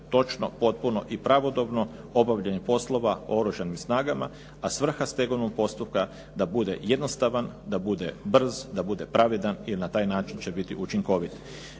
točno, potpuno i pravodobno obavljenih poslova u Oružanim snagama, a svrha stegovnog postupka da bude jednostavan, da bude brz, da bude pravedan jer na taj način će biti učinkovit.